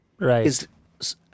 Right